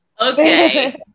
Okay